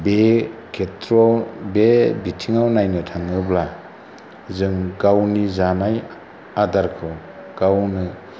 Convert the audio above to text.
बे खेथ्र'याव बे बिथिङाव नायनो थाङोब्ला जों गावनि जानाय आदारखौ गावनो